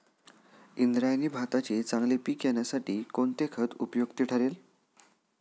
इंद्रायणी भाताचे चांगले पीक येण्यासाठी कोणते खत उपयुक्त ठरेल?